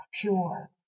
pure